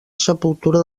sepultura